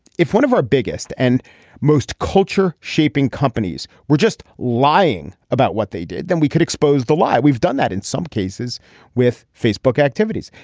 if one of our biggest and most culture shaping companies were just lying about what they did then we could expose the lie. we've done that in some cases with facebook activities.